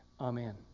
Amen